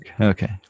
Okay